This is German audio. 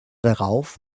darauf